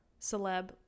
celeb